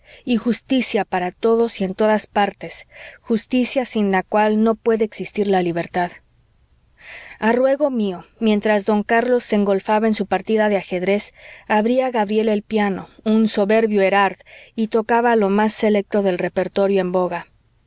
y justicia para todos y en todas partes justicia sin la cual no puede existir la libertad a ruego mío mientras don carlos se engolfaba en su partida de ajedrez abría gabriela el piano un soberbio erard y tocaba lo más selecto del repertorio en boga